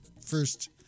first